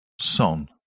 Son